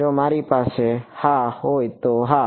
જો મારી પાસે હા હોય તો હા